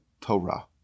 Torah